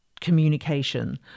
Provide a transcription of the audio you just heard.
communication